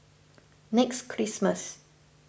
next Christmas